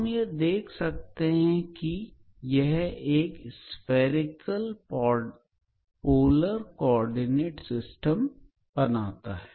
हम यह सभी प्रगुण spherical polar coordinate system में देखें जा सकते हैं